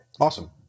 Awesome